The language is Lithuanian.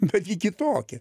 bet ji kitokia